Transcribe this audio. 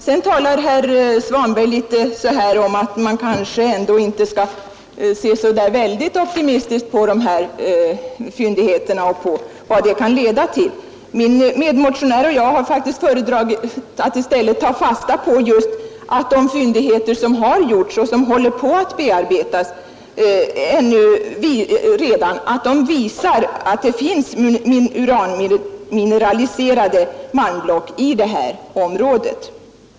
Sedan talar herr Svanberg litet om att man kanske inte skall se alltför optimistiskt på fyndigheterna och på vad de kan leda till. Min medmotionär och jag har faktiskt föredragit att i stället ta fasta på just att de fyndigheter som har gjorts, och som håller på att bearbetas redan, visar att det finns uranmineraliserade malmblock i det här området.